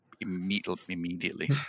immediately